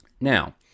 Now